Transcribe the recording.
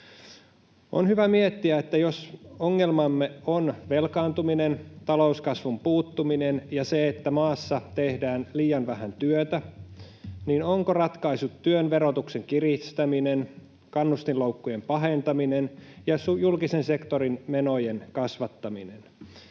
On hyvä miettiä, että jos ongelmamme on velkaantuminen, talouskasvun puuttuminen ja se, että maassa tehdään liian vähän työtä, niin onko ratkaisu työn verotuksen kiristäminen, kannustinloukkujen pahentaminen ja julkisen sektorin menojen kasvattaminen,